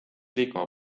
liikuma